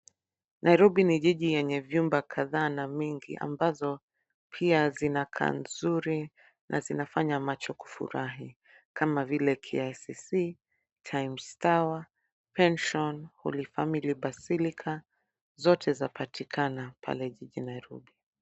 Nairobi ni jiji yenye vyumba kadhaa na mingi ambazo pia zinakaa nzuri na zinafanya macho kufurahi kama vile KICC , Times Tower pension , Holy family Basilica zote za patikana pale jiji Nairobi.